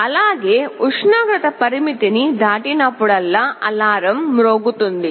అలాగే ఉష్ణోగ్రత పరిమితిని దాటినప్పుడల్లా అలారం మ్రోగుతుంది